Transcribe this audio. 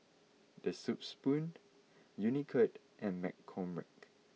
The Soup Spoon Unicurd and McCormick